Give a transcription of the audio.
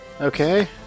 Okay